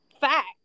fact